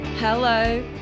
Hello